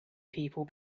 people